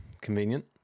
convenient